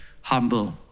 Humble